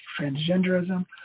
transgenderism